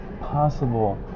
possible